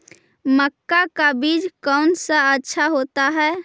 मक्का का बीज कौन सा अच्छा होता है?